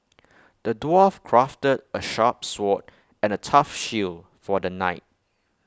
the dwarf crafted A sharp sword and A tough shield for the knight